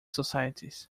societies